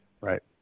right